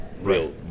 real